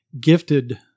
gifted